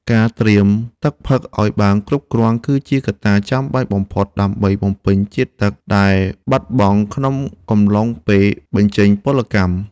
ការត្រៀមទឹកផឹកឱ្យបានគ្រប់គ្រាន់ គឺជាការចាំបាច់បំផុតដើម្បីបំពេញជាតិទឹកដែលបាត់បង់ក្នុងកំឡុងពេលបញ្ចេញពលកម្ម។